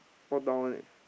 all down one eh